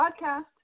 podcast